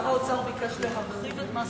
ייאמר ששר האוצר ביקש להרחיב את מס